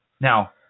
Now